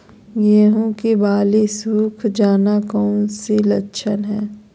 गेंहू की बाली सुख जाना कौन सी लक्षण है?